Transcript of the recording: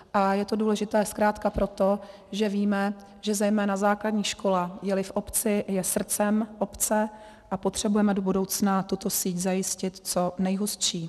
A je to důležité zkrátka proto, že víme, že zejména základní škola, jeli v obci, je srdcem obce, a potřebujeme do budoucna tuto síť zajistit co nejhustší.